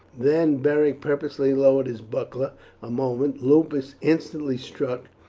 then beric purposely lowered his buckler a moment lupus instantly struck,